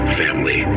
family